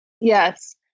yes